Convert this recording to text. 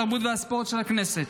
התרבות והספורט של הכנסת.